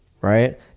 right